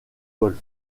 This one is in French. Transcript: golf